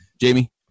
Jamie